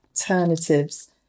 alternatives